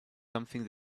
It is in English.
something